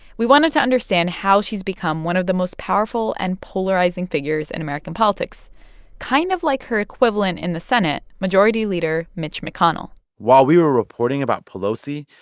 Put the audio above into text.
we wanted to understand how she's become one of the most powerful and polarizing figures in american politics kind of like her equivalent in the senate, majority leader mitch mcconnell while we were reporting about pelosi,